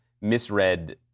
misread